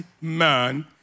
man